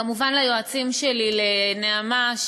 כמובן ליועצים שלי: לנעמה,